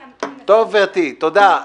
גברתי, תודה.